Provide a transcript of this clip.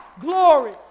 glory